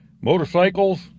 Motorcycles